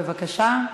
בבקשה.